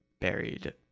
buried